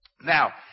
Now